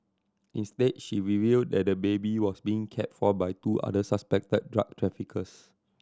instead she revealed that the baby was being cared for by two other suspected drug traffickers